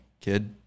kid